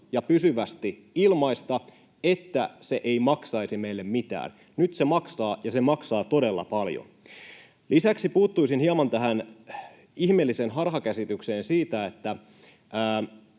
ja pysyvästi ilmaista ja että se ei maksaisi meille mitään. Nyt se maksaa, ja se maksaa todella paljon. Lisäksi puuttuisin hieman tähän ihmeelliseen harhakäsitykseen siitä, että